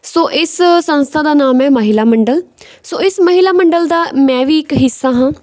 ਸੋ ਇਸ ਸੰਸਥਾ ਦਾ ਨਾਮ ਹੈ ਮਹਿਲਾ ਮੰਡਲ ਸੋ ਇਸ ਮਹਿਲਾ ਮੰਡਲ ਦਾ ਮੈਂ ਵੀ ਇੱਕ ਹਿੱਸਾ ਹਾਂ